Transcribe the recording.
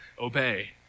obey